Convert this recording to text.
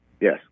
Yes